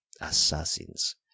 assassins